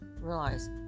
realize